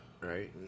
Right